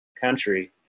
country